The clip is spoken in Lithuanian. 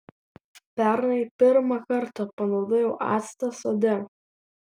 pernai pirmą kartą panaudojau actą sode